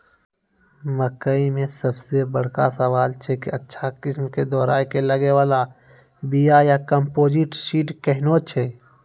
मकई मे सबसे बड़का सवाल छैय कि अच्छा किस्म के दोहराय के लागे वाला बिया या कम्पोजिट सीड कैहनो छैय?